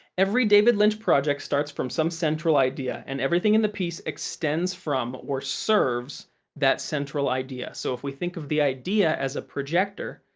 every david lynch project starts from some central idea, and everything in the piece extends from or serves that central idea. so, if we think of the idea as a projector,